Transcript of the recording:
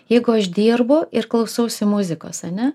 jeigu aš dirbu ir klausausi muzikos ane